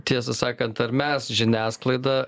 tiesą sakant ar mes žiniasklaida